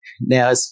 Now